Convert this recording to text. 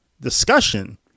discussion